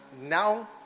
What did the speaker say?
now